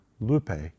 lupe